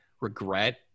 regret